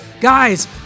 Guys